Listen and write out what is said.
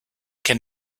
can